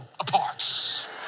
apart